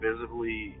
visibly